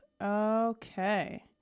okay